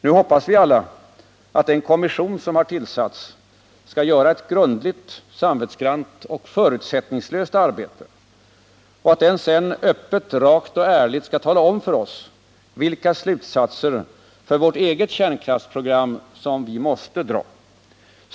Nu hoppas vi alla att den kommission som har tillsatts skall göra ett grundligt, samvetsgrant och förutsättningslöst arbete och att den sedan öppet, rakt och ärligt skall tala om för oss vilka slutsatser för vårt eget kärnkraftsprogram som måste dras.